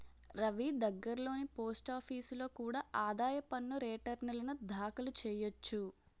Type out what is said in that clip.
రవీ దగ్గర్లోని పోస్టాఫీసులో కూడా ఆదాయ పన్ను రేటర్న్లు దాఖలు చెయ్యొచ్చు